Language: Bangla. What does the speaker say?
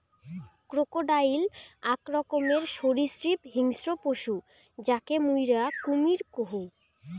ক্রোকোডাইল আক রকমের সরীসৃপ হিংস্র পশু যাকে মুইরা কুমীর কহু